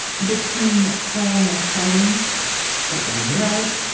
between playing and fighting or right?